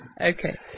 Okay